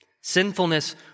Sinfulness